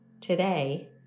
Today